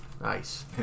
Nice